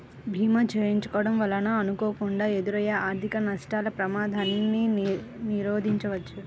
భీమా చేసుకోడం వలన అనుకోకుండా ఎదురయ్యే ఆర్థిక నష్టాల ప్రమాదాన్ని నిరోధించవచ్చు